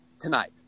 tonight